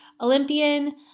Olympian